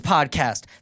Podcast